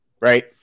right